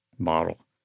Model